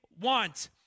want